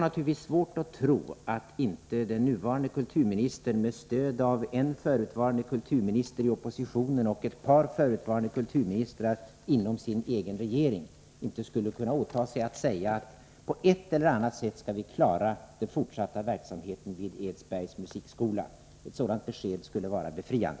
Naturligtvis har jag svårt att tro att den nuvarande kulturministern, med stöd av en förutvarande kulturminister inom oppositionen och ett par förutvarande kulturministrar i sin egen regering, inte skulle kunna åtaga sig att säga, att på ett eller annat sätt skall vi klara den fortsatta verksamheten vid Edsbergs musikskola. Ett sådant besked skulle vara befriande.